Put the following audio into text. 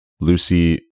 lucy